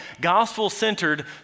gospel-centered